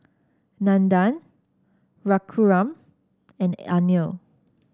Nandan Raghuram and Anil